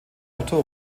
otto